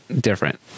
different